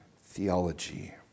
theology